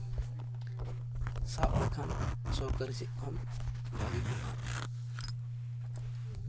ᱥᱟᱵ ᱞᱮᱠᱷᱟᱱ ᱥᱚᱨᱠᱟᱨᱤ ᱥᱮᱡ ᱠᱷᱚᱱ ᱵᱷᱟᱜᱮ ᱠᱚᱜᱼᱟ ᱟᱨᱠᱤ